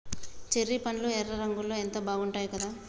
cherry పండ్లు ఎర్ర రంగులో ఎంత బాగుంటాయో కదా